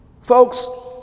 Folks